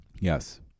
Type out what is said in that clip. Yes